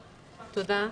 תודה.